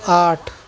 آٹھ